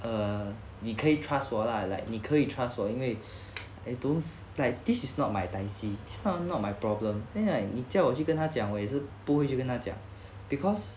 err 你可以 trust 我 lah like 你可以 trust 我因为 I don't like this is not my 担心 is not my problem then like 你叫我去跟他讲我也是不会去跟他讲 because